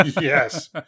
Yes